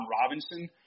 Robinson